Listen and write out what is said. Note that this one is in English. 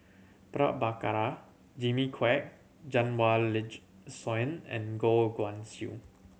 Prabhakara Jimmy Quek Soin and Goh Guan Siew